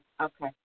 Okay